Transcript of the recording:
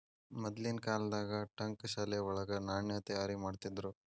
ಮದ್ಲಿನ್ ಕಾಲ್ದಾಗ ಠಂಕಶಾಲೆ ವಳಗ ನಾಣ್ಯ ತಯಾರಿಮಾಡ್ತಿದ್ರು